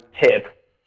tip